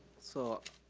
so,